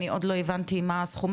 אני עוד לא הבנתי מה הסכום.